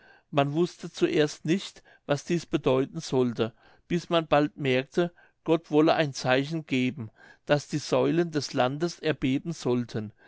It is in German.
man wußte zuerst nicht was dieß bedeuten solle bis man bald merkte gott wolle ein zeichen geben daß die säulen des landes erbeben sollten